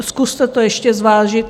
Zkuste to ještě zvážit.